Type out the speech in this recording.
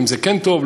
אם זה כן טוב,